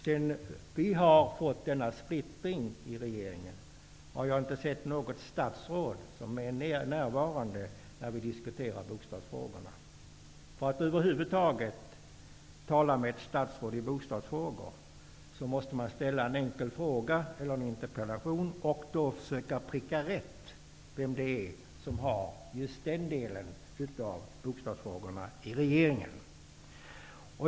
Men sedan vi fått denna splittring i regeringen har jag inte sett något statsråd närvarande när vi diskuterar bostadsfrågorna. För att över huvud taget få tala med ett statsråd i bostadsfrågor måste man ställa en enkel fråga eller en interpellation och försöka pricka rätt vem det är som har hand om just den delen av bostadsfrågorna i regeringen.